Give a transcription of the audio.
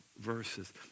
verses